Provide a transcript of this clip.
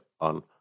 on